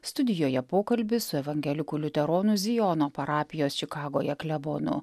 studijoje pokalbis su evangelikų liuteronų zijono parapijos čikagoje klebonu